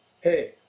Hey